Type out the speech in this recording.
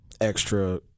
extra